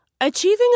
Achieving